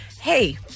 hey